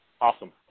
Awesome